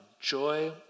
joy